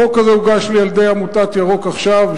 החוק הזה הוגש לי על-ידי עמותת "ירוק עכשיו",